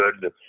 good